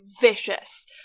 vicious